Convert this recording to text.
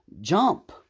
jump